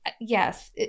Yes